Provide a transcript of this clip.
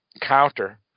counter